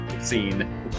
scene